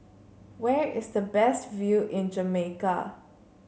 where is the best view in Jamaica